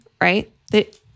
Right